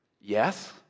Yes